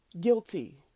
guilty